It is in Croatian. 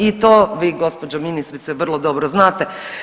I to vi gospođo ministrice vrlo dobro znate.